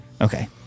okay